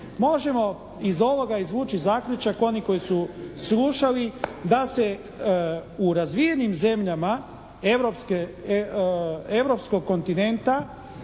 Možemo iz ovoga izvući zaključak, oni koji su slušali da se u razvijenim zemljama europskog kontinenta,